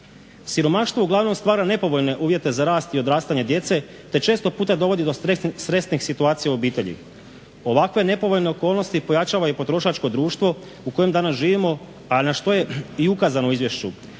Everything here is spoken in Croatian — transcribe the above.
Siromaštvo uglavnom stvara nepovoljne uvjete za rast i odrastanje djece te često puta dovodi do stresnih situacija u obitelji. Ovakve nepovoljne okolnosti pojačava i potrošačko društvo u kojem danas živimo, a na što je i ukazano u izvješću